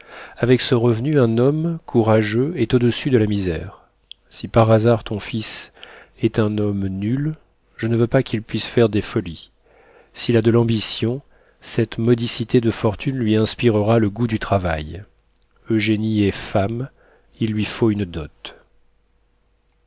avec ce revenu un homme courageux est au-dessus de la misère si par hasard ton fils est un homme nul je ne veux pas qu'il puisse faire des folies s'il a de l'ambition cette modicité de fortune lui inspirera le goût du travail eugénie est femme il lui faut une dot